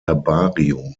herbarium